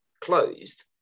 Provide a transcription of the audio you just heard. closed